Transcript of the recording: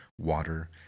water